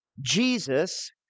Jesus